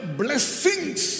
blessings